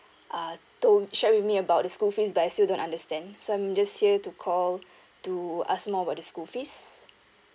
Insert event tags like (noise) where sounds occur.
uh told share with me about the school fees but I still don't understand so I'm just here to call (breath) to ask more about the school fees